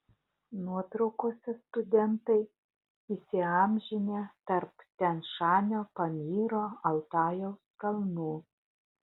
nuotraukose studentai įsiamžinę tarp tian šanio pamyro altajaus kalnų